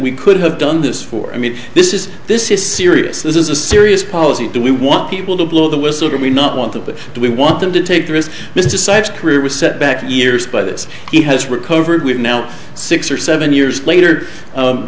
we could have done this for i mean this is this is serious this is a serious policy do we want people to blow the whistle are we not want that do we want them to take the risk besides career was set back years by this he has recovered now six or seven years later